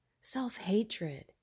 self-hatred